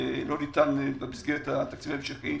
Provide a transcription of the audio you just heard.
ולא ניתן במסגרת התקציב ההמשכי